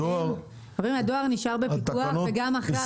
הדואר נשאר בפיקוח גם אחרי ההפרטה.